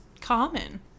common